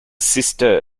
sister